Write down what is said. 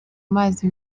mazi